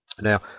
Now